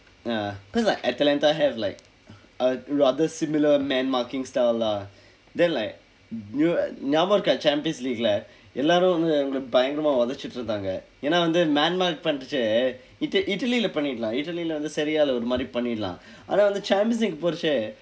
ya cause like atlanta have like a rather similar man marking style lah then like new and cat champions league இல்ல எல்லாரும் வந்து அவங்கள பயங்கரமா உதைத்து இருந்தாங்க ஏனா வந்து:illa ellaarum vandthu avangka payangkaramaa uthaiththu irundthaangka eena vandthu man mark பண்ணிட்டு:pannitdu italy italy leh பண்ணிரலாம்:panniralaam italy leh வந்து:vandthu ஒரு மாதிரி பண்ணிரலாம் ஆனா வந்து:oru maathiri pannirala aanaa vandthu பொறுத்து:poruththu